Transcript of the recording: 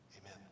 amen